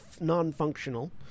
non-functional